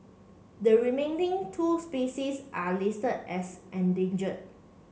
the remaining two species are list as endanger